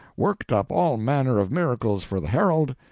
worked up all manner of miracles for the herald,